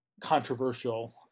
controversial